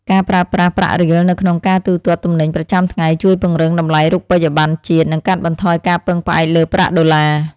ការប្រើប្រាស់ប្រាក់រៀលនៅក្នុងការទូទាត់ទំនិញប្រចាំថ្ងៃជួយពង្រឹងតម្លៃរូបិយប័ណ្ណជាតិ និងកាត់បន្ថយការពឹងផ្អែកលើប្រាក់ដុល្លារ។